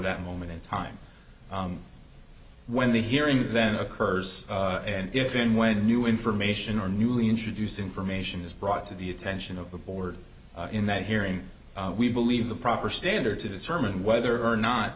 that moment in time when the hearing then occurs and if and when new information or newly introduced information is brought to the attention of the board in that hearing we believe the proper standard to determine whether or not